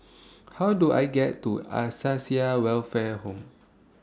How Do I get to Acacia Welfare Home